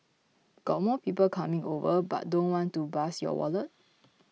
got more people coming over but don't want to bust your wallet